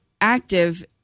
active